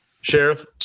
Sheriff